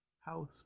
house